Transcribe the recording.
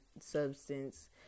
substance